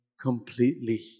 completely